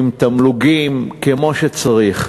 עם תמלוגים כמו שצריך.